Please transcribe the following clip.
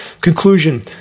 Conclusion